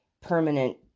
permanent